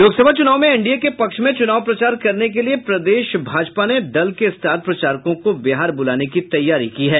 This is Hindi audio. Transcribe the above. लोक सभा चुनाव में एनडीए के पक्ष में चुनाव प्रचार करने के लिये प्रदेश भाजपा ने दल के स्टार प्रचारकों को बिहार बुलाने की तैयारी की है